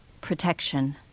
Protection